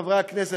חברי הכנסת,